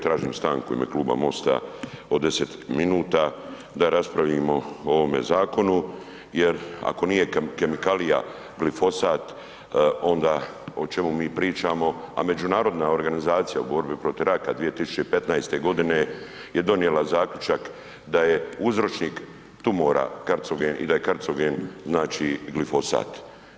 Tražim stanku u ime Kluba MOST-a od deset minuta da raspravimo o ovome Zakonu, jer ako nije kemikalija glifosat onda o čemu mi pričamo, a međunarodna organizacija u borbi protiv raka 2015.-te godine je donijela Zaključak da je uzročnik tumora karcogen, i da je karcogen, znači glifosat.